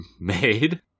made